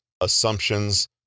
assumptions